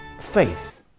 faith